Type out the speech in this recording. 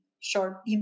short